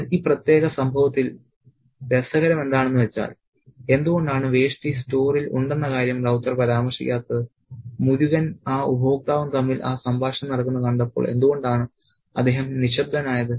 എന്നാൽ ഈ പ്രത്യേക സംഭവത്തിൽ രസകരം എന്താണെന്ന് വെച്ചാൽ എന്തുകൊണ്ടാണ് വേഷ്ടി സ്റ്റോറിൽ ഉണ്ടെന്ന കാര്യം റൌതർ പരാമർശിക്കാത്തത് മുരുകനും ആ ഉപഭോക്താവും തമ്മിൽ ആ സംഭാഷണം നടക്കുന്നതു കണ്ടപ്പോൾ എന്തുകൊണ്ടാണ് അദ്ദേഹം നിശബ്ദനായത്